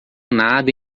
nada